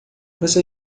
você